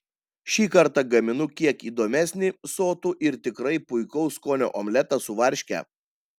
šį kartą gaminu kiek įdomesnį sotų ir tikrai puikaus skonio omletą su varške